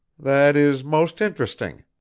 that is most interesting,